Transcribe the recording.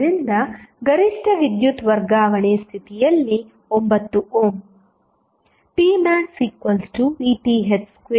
ಆದ್ದರಿಂದ ಗರಿಷ್ಠ ವಿದ್ಯುತ್ ವರ್ಗಾವಣೆ ಸ್ಥಿತಿಯಲ್ಲಿ 9 ಓಮ್